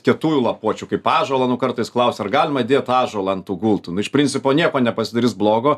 kietųjų lapuočių kaip ąžuolo nu kartais klausia ar galima dėt ąžuolą ant tų gultų nu iš principo nieko nepasidarys blogo